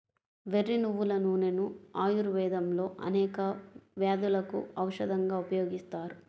వెర్రి నువ్వుల నూనెను ఆయుర్వేదంలో అనేక వ్యాధులకు ఔషధంగా ఉపయోగిస్తారు